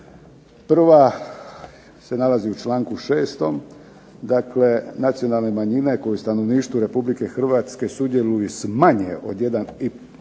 Prva se nalazi u članku 6. dakle nacionalne manjine koje u stanovništvu RH sudjeluju s manje od 1,5%